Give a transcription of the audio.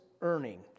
earning